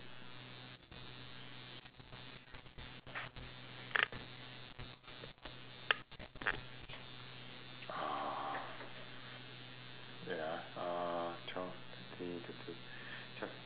wait ah uh twelve thirteen thirty two twe~